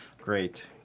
Great